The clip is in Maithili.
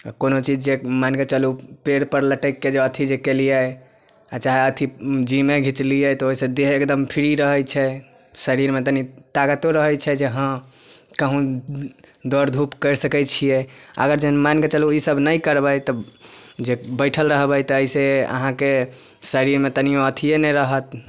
कोनो चीज जे मानिके चलू पेड़पर लटकिके जे अथि जे कयलिए आओर चाहे अथी जिमे घिचलियै तऽ ओइसँ देह एकदम फ्री रहै छै शरीरमे तनि तागतो रहै छै जे हँ कहूँ दौड़ धूप करि सकै छियै अगर जे मानिकऽ चलू ईसभ नहि करबै तऽ जे बैठल रहबै तऽ अइसँ अहाँके शरीरमे तनियो अथिये नहि रहत